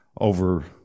over